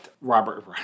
Robert